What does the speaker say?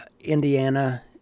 Indiana